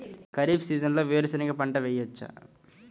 ఖరీఫ్ సీజన్లో వేరు శెనగ పంట వేయచ్చా?